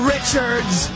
Richards